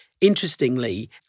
interestingly